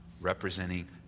representing